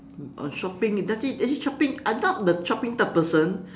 on shopping it doesn't actually shopping I'm not the shopping type person